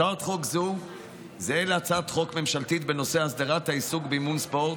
הצעת חוק זו זהה להצעת חוק ממשלתית בנושא הסדרת העיסוק באימון ספורט,